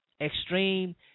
extreme